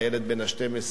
הילד בן ה-12,